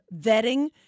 vetting